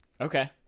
Okay